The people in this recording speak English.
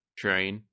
train